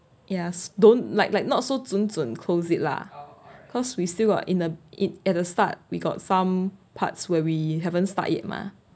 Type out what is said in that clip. ya s~ don't like like not so 准准 close it lah cause we still got in the in it~ at the start we got some parts where we haven't start yet mah